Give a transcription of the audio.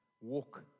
walk